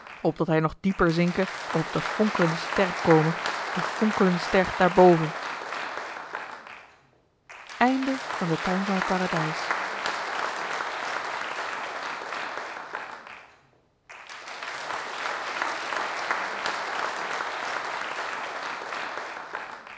opdat hij nog dieper zinke of op de fonkelende ster kome de fonkelende ster daarboven de